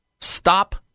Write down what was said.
stop